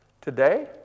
today